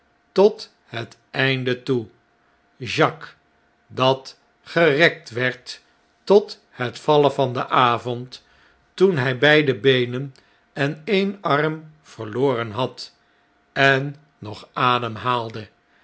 bleven tothet einde toe jacques dat gerekt werd tot het vallen van den avond toen njj beide beenen en een arm verloren had en nog ademhaalde